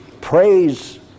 praise